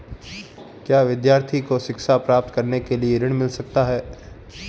क्या विद्यार्थी को शिक्षा प्राप्त करने के लिए ऋण मिल सकता है?